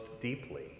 deeply